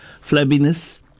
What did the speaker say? flabbiness